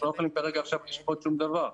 אנחנו לא יכולים כרגע לעשות שום דבר.